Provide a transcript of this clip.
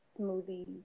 smoothie